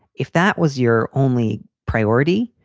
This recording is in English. if that was your only priority,